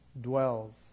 dwells